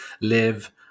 live